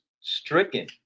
stricken